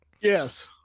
Yes